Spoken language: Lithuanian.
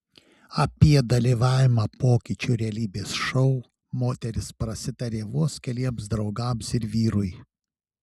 apie dalyvavimą pokyčių realybės šou moteris prasitarė vos keliems draugams ir vyrui